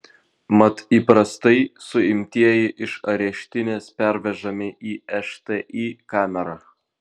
mat įprastai suimtieji iš areštinės pervežami į šti kamerą